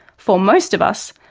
for most of us,